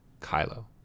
Kylo